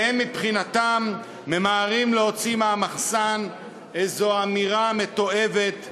והם מבחינתם ממהרים להוציא מהמחסן איזו אמירה מתועבת,